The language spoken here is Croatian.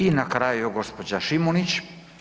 I na kraju g. Šimunić.